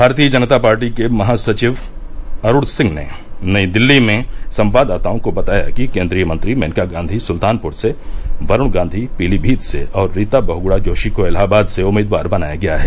भारतीय जनता पार्टी के महासचिव अरुण सिंह ने नई दिल्ली में संवाददाताओं को बताया कि केन्द्रीय मंत्री मेनका गांधी सुल्तानपुर से वरुण गांवी पीलीभीत से और रीता बहगणा जोशी को इलाहाबाद से उम्मीदवार बनाया गया है